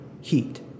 heat